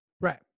Right